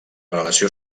relació